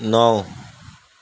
نو